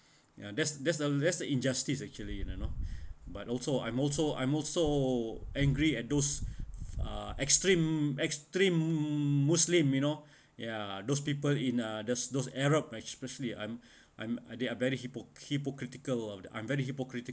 ya that's that's al~ that's the injustice actually you know but also I'm also I'm also angry at those uh extreme extreme muslim you know ya those people in uh those those arab especially I'm I'm uh they are very hypo~ hypocritical of the I'm very hypo~